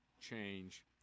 change